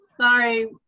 Sorry